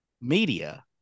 media